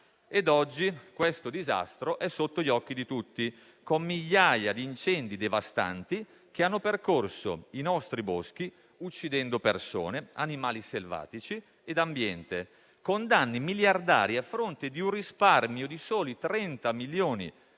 Oggi questo disastro è sotto gli occhi di tutti, con migliaia di incendi devastanti, che hanno percorso i nostri boschi, uccidendo persone, animali selvatici e ambiente, e con danni miliardari, a fronte di un risparmio di soli 30 milioni di